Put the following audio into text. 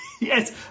Yes